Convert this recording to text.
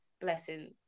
blessing